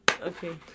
okay